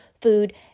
food